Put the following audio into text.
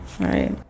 Right